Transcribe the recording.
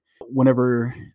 whenever